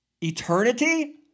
Eternity